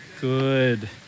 Good